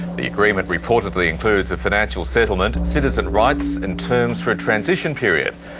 the agreement reportedly includes a financial settlement, citizen rights, and terms for a transition period.